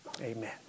Amen